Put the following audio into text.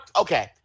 okay